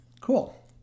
Cool